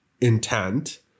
intent